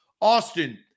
Austin